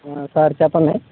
sir చెప్పండి